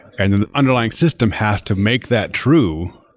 and the underlying system has to make that true.